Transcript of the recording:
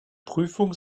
prüfung